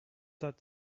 that